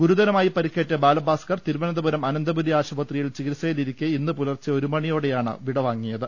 ഗുരതരമായി പരുക്കേറ്റ ബാല ഭാസ്കർ തിരുവനന്തപുരം അനന്തപുരി ആശുപത്രിയിൽ ചികിത്സയിലിരിക്കെ ഇന്ന് പുലർച്ച ഒരു മണിയോടെയാണ് വിടവാങ്ങിയത്